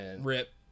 Rip